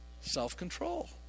self-control